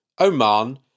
Oman